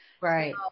Right